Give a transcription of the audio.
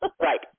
right